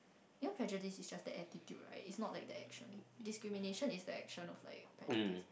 you know prejudice is just the attitude right is not like the action discrimination is the action of like prejudice